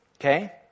okay